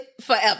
forever